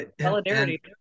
solidarity